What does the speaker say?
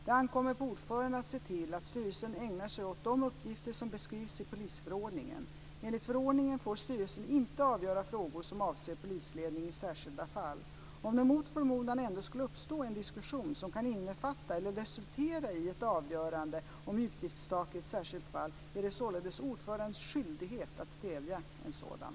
Det ankommer på ordföranden att se till att styrelsen ägnar sig åt de uppgifter som beskrivs i polisförordningen Om det mot förmodan ändå skulle uppstå en diskussion som kan innefatta eller resultera i ett avgörande om utgiftstak i ett särskilt fall är det således ordförandens skyldighet att stävja en sådan.